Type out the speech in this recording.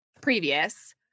previous